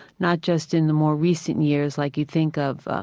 not just in the more recent years like you think of.